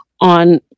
on